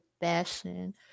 fashion